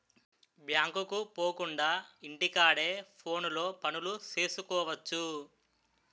బ్యాంకుకు పోకుండా ఇంటి కాడే ఫోనులో పనులు సేసుకువచ్చు